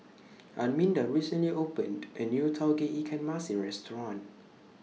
Arminda recently opened A New Tauge Ikan Masin Restaurant